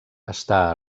està